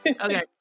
Okay